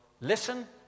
listen